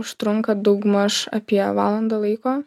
užtrunka daugmaž apie valandą laiko